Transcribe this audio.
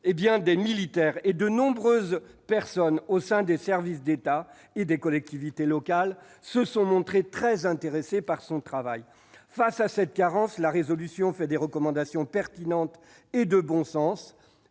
Des militaires et de nombreuses personnes, au sein des services de l'État et des collectivités locales, se sont montrés très intéressés par son travail. Pour remédier à cette carence, la proposition de résolution comporte des recommandations pertinentes et de bon sens